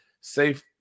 safe